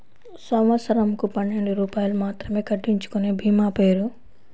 సంవత్సరంకు పన్నెండు రూపాయలు మాత్రమే కట్టించుకొనే భీమా పేరు?